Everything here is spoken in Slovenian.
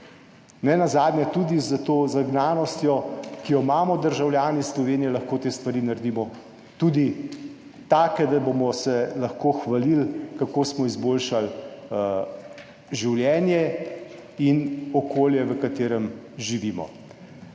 nenazadnje tudi s to zagnanostjo, ki jo imamo državljani Slovenije, lahko te stvari naredimo tudi take, da se bomo lahko hvalili, kako smo izboljšali življenje in okolje, v katerem živimo.